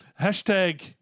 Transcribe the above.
Hashtag